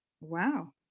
Wow